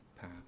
path